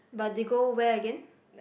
but they go where again